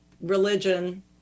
religion